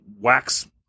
wax